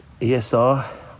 ESR